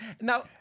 Now